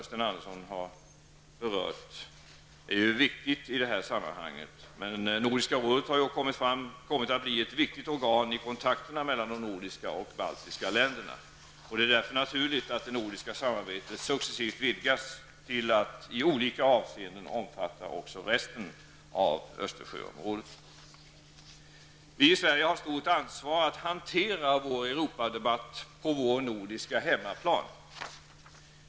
Sten Andersson har berört den saken. Men Nordiska rådet har kommit att bli ett viktigt organ i kontakterna mellan de nordiska och de baltiska länderna. Det är därför naturligt att det nordiska samarbetet successivt vidgas till att i olika avseenden omfatta också övriga Östersjöområdet. Vi i Sverige har ett stort ansvar när det gäller att hantera vår Europadebatt på den nordiska hemmaplanen.